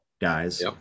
guys